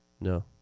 no